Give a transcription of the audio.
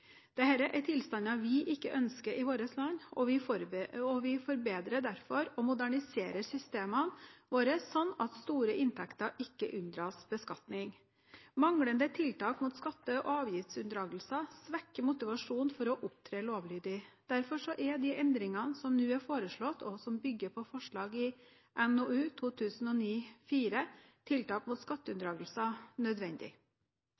er tilstander vi ikke ønsker i vårt land, og vi forbedrer og moderniserer derfor systemene våre sånn at store inntekter ikke unndras beskatning. Manglende tiltak mot skatte- og avgiftsunndragelser svekker motivasjonen for å opptre lovlydig. Derfor er de endringene som nå er foreslått, og som bygger på forslag i NOU 2009: 4 Tiltak mot